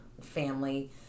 family